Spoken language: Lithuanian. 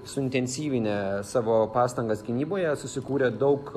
suintensyvinę savo pastangas gynyboje susikūrė daug